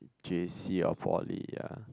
J_C or poly ah